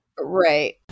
right